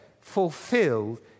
fulfilled